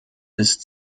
ist